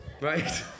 right